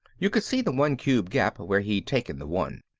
you could see the one-cube gap where he'd taken the one.